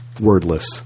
wordless